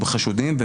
חשודים.